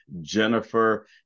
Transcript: Jennifer